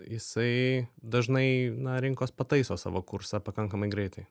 jisai dažnai na rinkos pataiso savo kursą pakankamai greitai